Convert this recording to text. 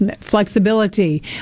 flexibility